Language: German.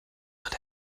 wird